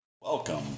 Welcome